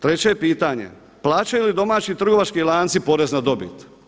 Treće pitanje, plaćaju li domaći trgovački lanci porez na dobit?